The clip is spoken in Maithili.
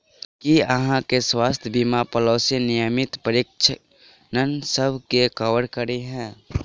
की अहाँ केँ स्वास्थ्य बीमा पॉलिसी नियमित परीक्षणसभ केँ कवर करे है?